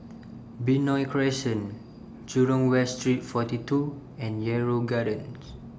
Benoi Crescent Jurong West Street forty two and Yarrow Gardens